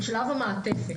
את שלב המעטפת.